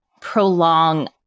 prolong